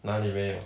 哪里没有